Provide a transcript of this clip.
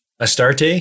Astarte